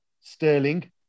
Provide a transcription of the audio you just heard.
Sterling